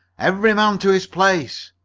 every man to his place!